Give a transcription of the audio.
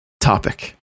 topic